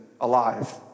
alive